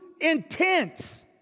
intense